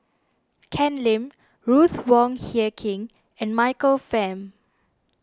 Ken Lim Ruth Wong Hie King and Michael Fam